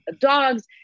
dogs